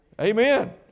Amen